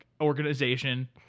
organization